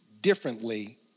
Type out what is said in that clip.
differently